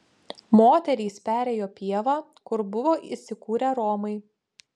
moterys perėjo pievą kur buvo įsikūrę romai